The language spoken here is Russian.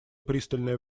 пристальное